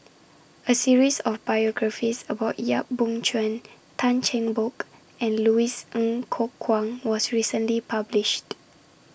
A series of biographies about Yap Boon Chuan Tan Cheng Bock and Louis Ng Kok Kwang was recently published